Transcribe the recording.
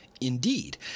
Indeed